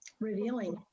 revealing